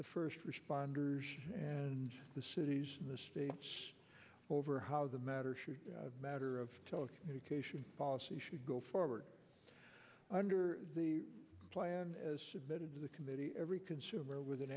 the first responders and the cities in the state over how the matter should matter of telecommunications policy should go forward under the plan as submitted to the committee every consumer with an